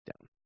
down